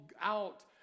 out